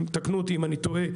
תקנו אותי אם טועה,